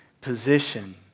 position